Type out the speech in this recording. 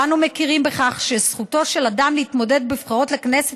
כולנו מכירים בכך שזכותו של אדם להתמודד בבחירות לכנסת